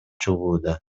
чыгууда